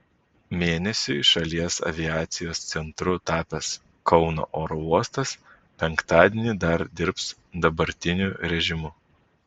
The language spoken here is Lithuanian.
mėnesiui šalies aviacijos centru tapęs kauno oro uostas penktadienį dar dirbs dabartiniu režimu